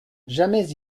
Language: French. jamais